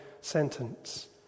sentence